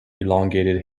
elongated